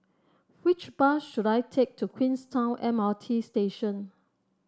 which bus should I take to Queenstown M R T Station